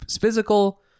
physical